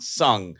sung